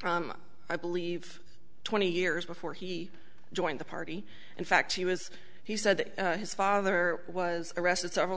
from i believe twenty years before he joined the party in fact he was he said that his father was arrested several